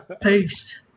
Peace